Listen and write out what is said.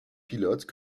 pilotes